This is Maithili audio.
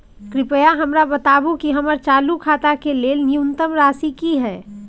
कृपया हमरा बताबू कि हमर चालू खाता के लेल न्यूनतम शेष राशि की हय